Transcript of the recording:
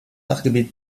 sachgebiet